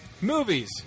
Movies